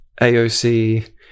AOC